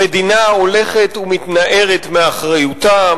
המדינה הולכת ומתנערת מאחריותה,